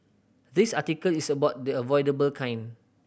this article is about the avoidable kind